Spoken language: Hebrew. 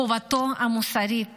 חובתו המוסרית